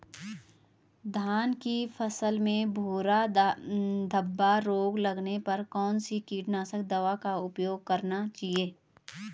धान की फसल में भूरा धब्बा रोग लगने पर कौन सी कीटनाशक दवा का उपयोग करना चाहिए?